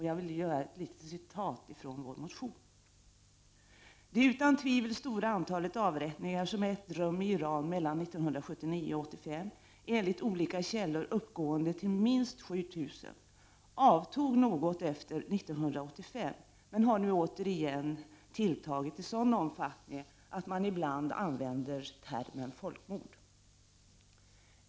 Jag citerar ur motionen: ”Det utan tvivel stora antalet avrättningar som ägt rum i Iran mellan 1979 och 1985, enligt olika källor uppgående till minst 7000, avtog något efter 1985 men har nu återigen tilltagit i en sådan omfattning att man ibland använder termen folkmord.